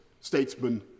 statesman